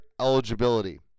eligibility